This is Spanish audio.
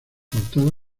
portada